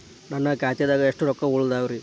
ನನ್ನ ಖಾತೆದಾಗ ಎಷ್ಟ ರೊಕ್ಕಾ ಉಳದಾವ್ರಿ?